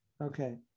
Okay